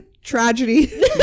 tragedy